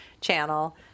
channel